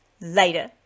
later